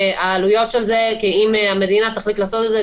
אם המדינה תחליט לעשות את זה,